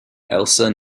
elsa